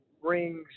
rings